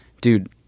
dude